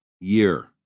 year